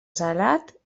salat